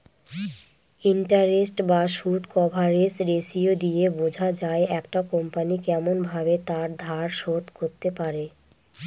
interest বা সুদ coverage ratio দিয়ে বোঝা যায় একটা কোম্পনি কেমন ভাবে তার ধার শোধ করতে পারে